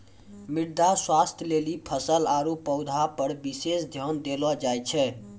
मृदा स्वास्थ्य लेली फसल आरु पौधा पर विशेष ध्यान देलो जाय छै